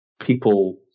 people